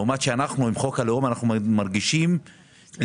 לעומת זה שאנחנו עם חוק הלאום מרגישים דריסה,